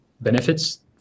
benefits